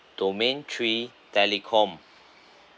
domain three telecom